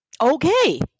okay